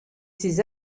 ses